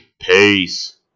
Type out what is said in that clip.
Peace